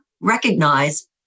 recognize